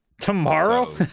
Tomorrow